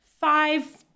five